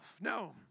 No